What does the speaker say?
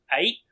Eight